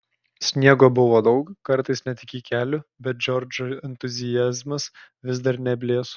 sniego buvo daug kartais net iki kelių bet džordžo entuziazmas vis dar neblėso